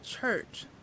church